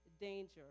Danger